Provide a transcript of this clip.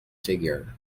figure